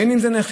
בין אם זה נכים,